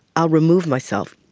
i'll remove myself.